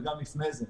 וגם לפני כן,